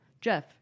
Jeff